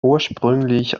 ursprünglich